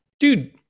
Dude